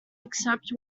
except